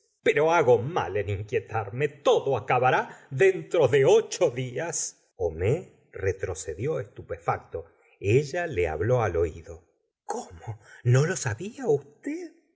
pero hago mal en inquietarme todo acabará dentro de ocho días homais retrocedió estupefacto ella le habló al oído cómo lo sabía usted